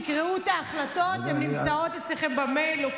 תקראו את ההחלטות, הן נמצאות אצלכם במייל.